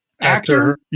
Actor